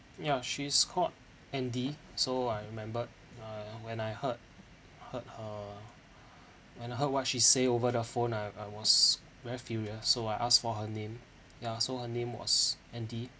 ya she's called andy so I remembered uh when I heard heard her when I heard what she say over the phone I I was very very furious so I asked for her name ya so her name was andy